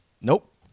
Nope